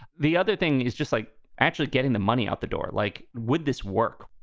the other thing is just like actually getting the money out the door, like. would this work?